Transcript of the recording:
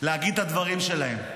להגיד את הדברים שלהם,